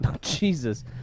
Jesus